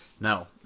No